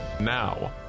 Now